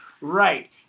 Right